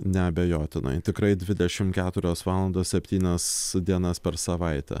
neabejotinai tikrai dvidešim keturias valandas septynias dienas per savaitę